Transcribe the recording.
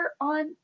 on